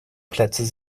plätze